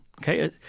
Okay